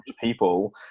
people